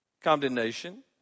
condemnation